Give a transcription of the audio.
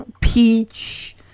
peach